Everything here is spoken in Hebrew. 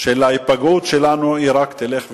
של ההיפגעות שלנו רק תלך ותגדל.